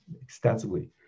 extensively